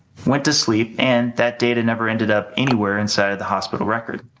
went to sleep, and that data never ended up anywhere inside of the hospital record.